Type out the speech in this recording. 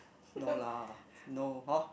no lah no hor